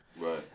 Right